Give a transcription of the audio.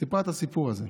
סיפרה את הסיפור הזה.